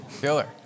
Killer